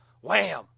wham